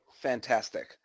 Fantastic